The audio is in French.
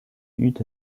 eut